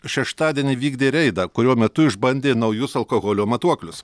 šeštadienį vykdė reidą kurio metu išbandė naujus alkoholio matuoklius